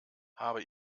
habe